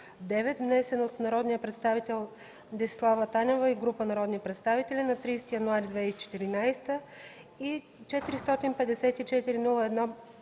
внесен от народния представител Десислава Танева и група народни представители на 30 януари 2014 г.,